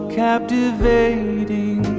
captivating